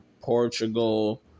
Portugal